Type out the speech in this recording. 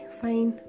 fine